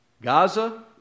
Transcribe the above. Gaza